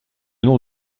nom